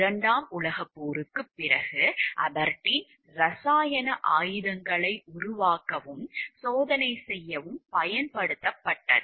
இரண்டாம் உலகப் போருக்குப் பிறகு அபெர்டீன் இரசாயன ஆயுதங்களை உருவாக்கவும் சோதனை செய்யவும் பயன்படுத்தப்பட்டது